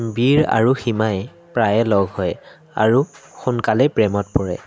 বীৰ আৰু সীমাই প্ৰায়ে লগ হয় আৰু সোনকালেই প্ৰেমত পৰে